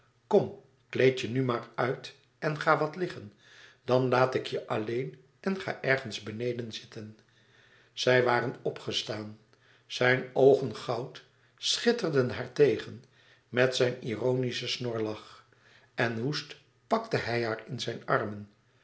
kom kleed je nu maar uit en ga wat liggen dan laat ik je alleen en ga ergens beneden zitten zij waren opgestaan zijn oogen goud schitterden haar tegen zijn mond lachte met zijn ironischen snorlach en woest pakte hij haar in zijn armen